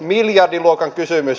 miljardiluokan kysymys